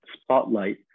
spotlight